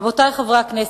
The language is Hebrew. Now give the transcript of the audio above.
רבותי חברי הכנסת,